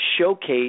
showcase